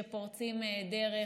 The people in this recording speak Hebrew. שפורצים דרך,